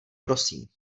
prosím